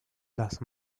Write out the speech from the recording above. las